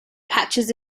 patches